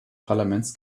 parlaments